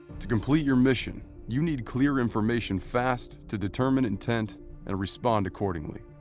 to complete your mission you need clear information fast to determine intent and respond accordingly.